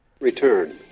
Return